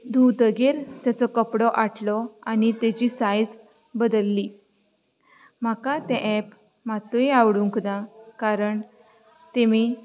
धूयतगीर ताचो कपडो आटलो आनी तेची सायज बदलली म्हाका तें एप मात्तूय आवडूंक ना कारण तेमी